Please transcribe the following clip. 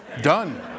Done